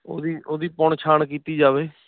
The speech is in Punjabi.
ਉਹਦੀ ਉਹਦੀ ਪੁਣ ਛਾਣ ਕੀਤੀ ਜਾਵੇ